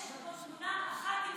יש פה תמונה אחת,